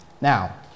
Now